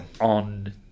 on